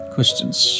Questions